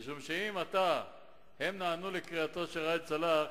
משום שאם הם נענו לקריאתו של ראאד סלאח,